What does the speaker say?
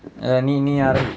err நீ நீ ஆரம்பி:nee nee aarambi